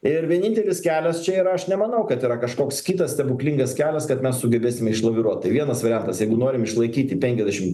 ir vienintelis kelias čia yra aš nemanau kad yra kažkoks kitas stebuklingas kelias kad mes sugebėsime išlaviruot tai vienas variantas jeigu norim išlaikyti penkiasdešim